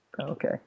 Okay